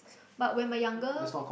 but when my younger